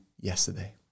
yesterday